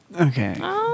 Okay